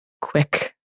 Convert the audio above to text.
quick